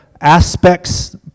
aspects